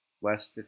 West